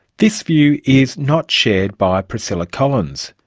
this view is not shared by priscilla collins.